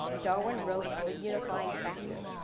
darwin wrote of a unifying factor,